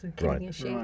right